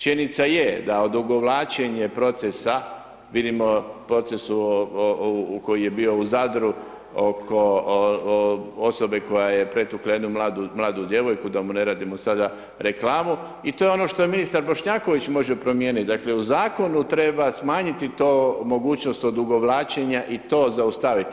Činjenica je da odugovlačenja procesa, vidimo proces koji je bio u Zadru, oko osobe koja je pretukla jednu mladu djevojku, da mu ne radimo sada reklamu i to je ono što i ministar Bošnjaković može promijeniti, dakle, u zakonu treba smanjiti to mogućnost odugovlačenja i to zaustaviti.